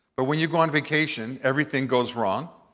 but when you go on vacation, everything goes wrong.